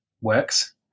works